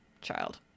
child